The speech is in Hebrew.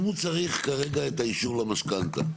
אם הוא צריך כרגע את האישור למשכנתא,